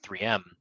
3M